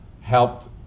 helped